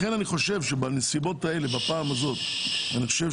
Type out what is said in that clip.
לכן אני חושב שבנסיבות האלה בפעם הזאת הביקורת